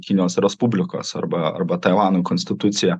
kinijos respublikos arba arba taivano konstituciją